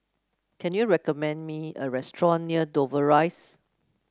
can you recommend me a restaurant near Dover Rise